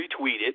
retweeted